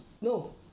No